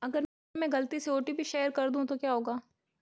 अगर मैं गलती से ओ.टी.पी शेयर कर दूं तो क्या होगा?